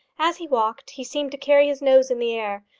as he walked he seemed to carry his nose in the air,